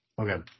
Okay